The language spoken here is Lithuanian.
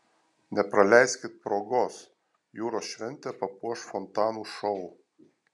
nepraleiskit progos jūros šventę papuoš fontanų šou